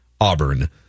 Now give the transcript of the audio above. Auburn